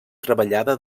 treballada